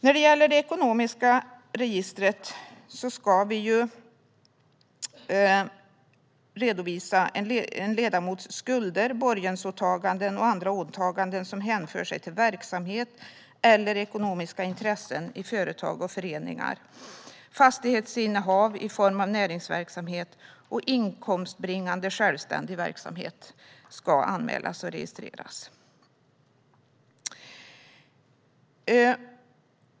När det gäller det ekonomiska registret ska en ledamots skulder, borgensåtaganden och andra åtaganden som hänför sig till verksamhet eller ekonomiska intressen i företag och föreningar, fastighetsinnehav i form av näringsverksamhet och inkomstbringande självständig verksamhet anmälas och registreras.